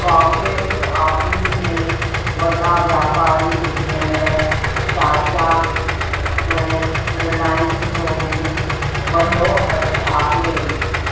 cooperate office में वॾा व्यापारी जीअं त टाटा ऐं रिलाइंस जो बि वॾो हथु आहे